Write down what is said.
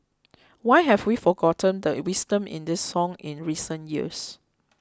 why have we forgotten the wisdom in this song in recent years